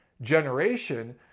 generation